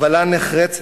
הובלה נחרצת,